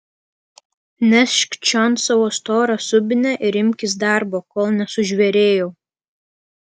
nešk čion savo storą subinę ir imkis darbo kol nesužvėrėjau